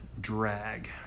drag